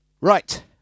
Right